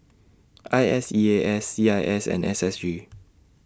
I S E A S C I S and S S G